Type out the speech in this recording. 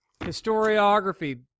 Historiography